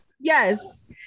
Yes